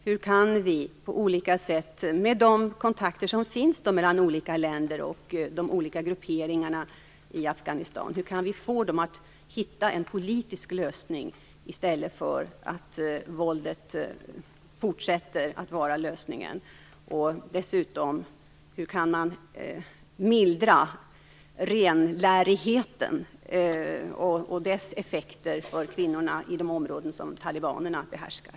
Hur kan vi, på olika sätt, med de kontakter som finns mellan olika länder och de olika grupperingarna i Afghanistan, få dem att hitta en politisk lösning i stället för att våldet fortsätter att vara lösningen? Dessutom: Hur kan man mildra renlärigheten och dess effekter för kvinnorna i de områden som talibanerna behärskar?